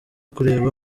kureba